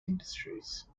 industries